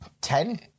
ten